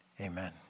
amen